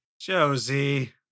Josie